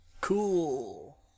cool